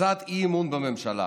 הצעת אי-אמון בממשלה.